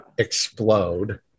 explode